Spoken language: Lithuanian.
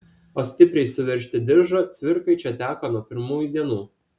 o stipriai suveržti diržą cvirkai čia teko nuo pirmųjų dienų